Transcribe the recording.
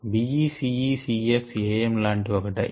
BCECF AM అలాంటి ఒక die